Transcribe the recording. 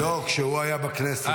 לא, כשהוא היה בכנסת.